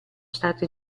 state